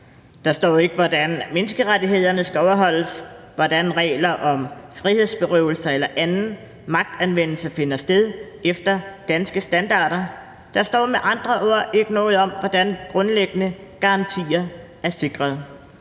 Der står ikke, hvordan menneskerettighederne skal overholdes, hvordan regler om frihedsberøvelser eller anden magtanvendelse finder sted efter danske standarder; der står med andre ord ikke noget om, hvordan grundlæggende garantier er sikret,